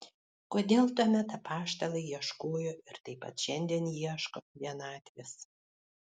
kodėl tuomet apaštalai ieškojo ir taip pat šiandien ieško vienatvės